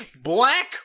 Black